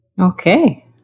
Okay